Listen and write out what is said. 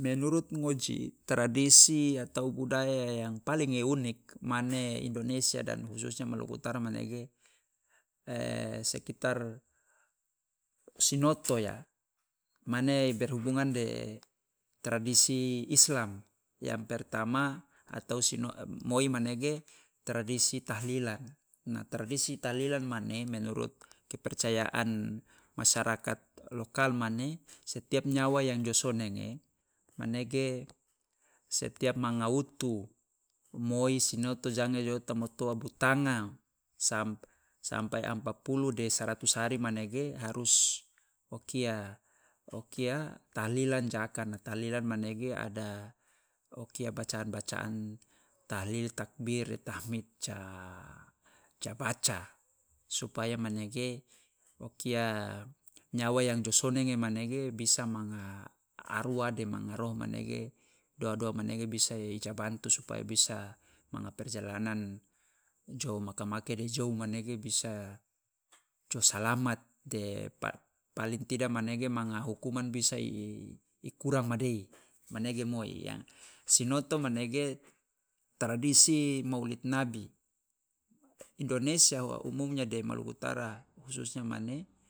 Menurut ngoji tradisi atau budaya yang paling i unik mane indonesia dan khususnya maluku utara manege sekitar sinoto ya, mane berhubungan de tradisi islam. Yang pertama atau si- moi manege tradisi tahlilan, nah tradisi tahlilan mane menurut kepercayaan masyarakat lokal mane setiap nyawa yang jo sonenge manege setiap manga utu moi, sinoto, jange, joata, motoa, butanga sam- sampe ampa puluh de saratus hari manege harus o kia o kia tahlilan ja akana, tahlilan manege ada o kia bacaan bacaan tahlil, takbir de tahmid ja ja baca, supaya manege o kia nyawa yang jo sonenge manege bisa manga arwah de manga roh manege doa- doa manege bisa i ja bantu supaya bisa manga perjalanan jou maka make de jou manege bisa jo salamat de pa- paling tida manege manga hukuman bisa i kurang madei, manege moi ya. Sinoto manege tradisi maulid nabi, indonesia wa umumnya de maluku utara khususnya mane